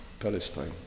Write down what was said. Palestine